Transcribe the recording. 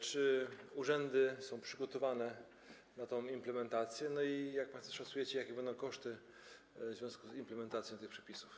Czy urzędy są przygotowane na tę implementację i jak państwo szacujecie, jakie będą koszty w związku z implementacją tych przepisów?